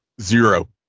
Zero